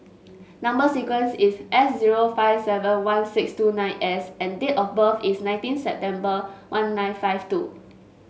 number sequence is S zero five seven one six two nine S and date of birth is nineteen September one nine five two